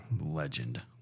Legend